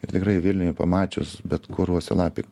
ir tikrai vilniuje pamačius bet kur uosialapį